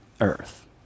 earth